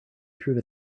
through